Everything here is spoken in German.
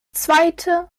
zweite